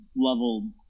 level